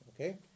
Okay